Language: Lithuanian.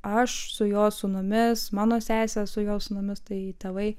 aš su jo sūnumis mano sesė su jo sūnumis tai tėvai